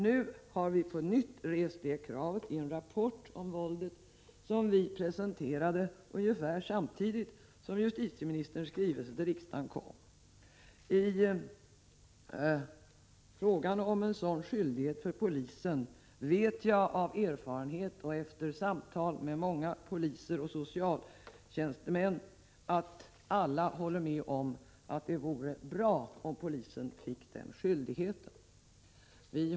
Nu har folkpartiet på nytt rest kravet i en rapport om våldet, som presenterades ungefär samtidigt som justitieministerns skrivelse till riksdagen kom. I fråga om en sådan skyldighet för polisen vet jag av erfarenhet, efter samtal med många poliser och socialtjänstemän, att alla håller med om att det vore bra om polisen fick denna skyldighet.